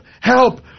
help